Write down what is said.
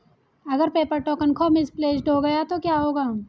अगर paper token खो misplaced गया तो क्या होगा?